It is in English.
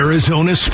Arizona